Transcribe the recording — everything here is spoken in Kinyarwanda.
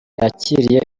yakiriye